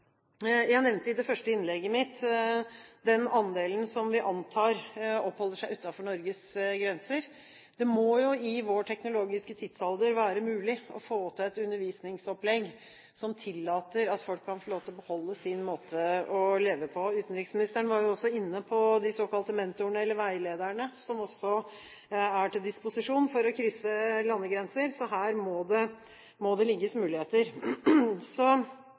Jeg nevnte i det første innlegget mitt den andelen som vi antar oppholder seg utenfor Norges grenser. Det må jo i vår teknologiske tidsalder være mulig å få til et undervisningsopplegg som tillater at folk kan få lov til å beholde sin måte å leve på. Utenriksministeren var jo også inne på de såkalte mentorene eller veilederne som også er til disposisjon når man krysser landegrenser. Her må det